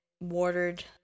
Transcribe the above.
watered